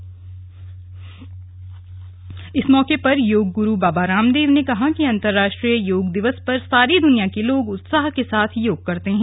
curtain raiser जारी इस मौके पर योग गुरू बाबा रामदेव ने कहा कि अंतर्राष्ट्रीय योग दिवस पर सारी दुनिया के लोग उत्साह के साथ योग करते हैं